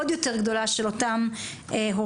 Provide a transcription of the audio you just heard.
עוד יותר גדולה של אותם הורים,